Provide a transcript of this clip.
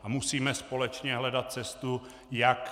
A musíme společně hledat cestu, jak